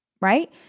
right